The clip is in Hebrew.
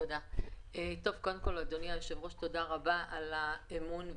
אדוני היושב-ראש, תודה רבה על האמון.